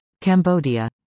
Cambodia